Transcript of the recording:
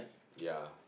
ya